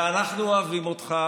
ואנחנו אוהבים אותך,